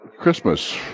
Christmas